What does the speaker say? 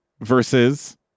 versus